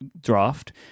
draft